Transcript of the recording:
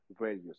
values